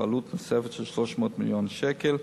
בעלות נוספת של 300 מיליון שקלים,